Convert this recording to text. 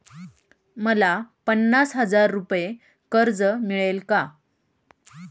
मला पन्नास हजार रुपये कर्ज मिळेल का?